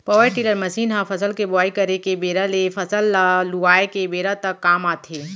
power tiller machine ह फसल के बोवई करे के बेरा ले फसल ल लुवाय के बेरा तक काम आथे